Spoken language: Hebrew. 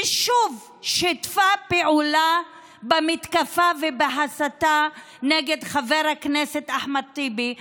ושוב שיתפה פעולה במתקפה ובהסתה נגד חבר הכנסת אחמד טיבי,